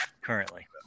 currently